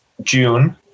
June